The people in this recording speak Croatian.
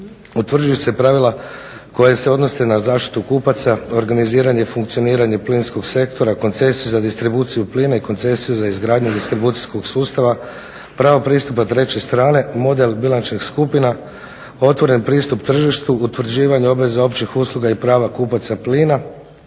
Utvrđuju se pravila koja se odnose na zaštitu kupaca, organiziranje i funkcioniranje plinskog sektora, koncesiju za distribuciju plina i koncesiju za izgradnju distribucijskog sustava, pravo pristupa treće strane, model bilančnih skupina, otvoren pristup tržištu, utvrđivanje obveza općih usluga i prava kupaca plina,